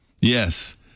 Yes